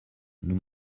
nous